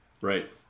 right